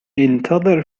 انتظر